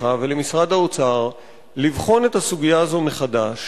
ולמשרד האוצר לבחון את הסוגיה הזאת מחדש